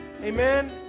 Amen